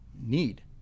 need